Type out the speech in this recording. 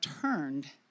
turned